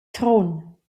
trun